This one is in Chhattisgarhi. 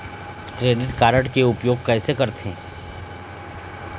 क्रेडिट कारड के उपयोग कैसे करथे?